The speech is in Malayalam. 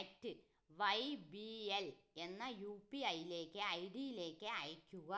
അറ്റ് വൈ ബി എൽ എന്ന യു പി ഐ ഐഡിയിലേക്ക് അയയ്ക്കുക